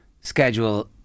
schedule